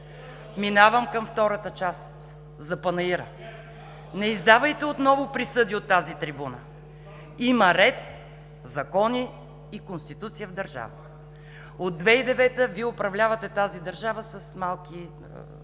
Минавам към втората част – за панаира. Не издавайте отново присъди от тази трибуна! Има ред, закони и Конституция в държавата. От 2009 г. Вие управлявате тази държава с малки